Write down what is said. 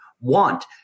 want